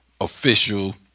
official